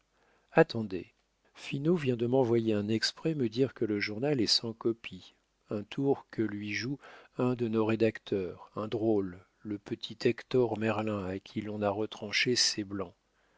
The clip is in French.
attendez finot vient de m'envoyer un exprès me dire que le journal est sans copie un tour que lui joue un de nos rédacteurs un drôle le petit hector merlin à qui l'on a retranché ses blancs